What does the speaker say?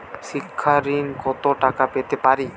শিক্ষা ঋণ কত টাকা পেতে পারি?